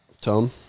Tom